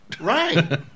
Right